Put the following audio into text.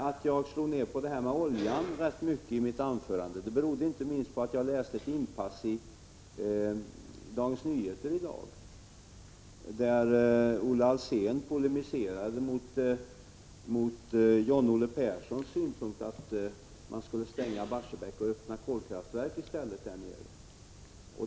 Att jag i mitt anförande rätt mycket slog ned på oljan berodde inte minst på att jag i dag läste en artikel i Dagens Nyheter där Olle Alsén polemiserar mot John-Olle Perssons synpunkt att man skall stänga Barsebäck och öppna kolkraftverk där i stället.